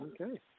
Okay